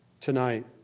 tonight